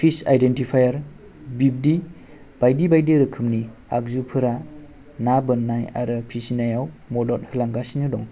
फिस आइदेनथिफायार बिबदि बायदि बायदि रोखोमनि आगजुफोरा ना बोननाय आरो फिसिनियाव मदद होलांगासिनो दं